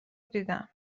دیدم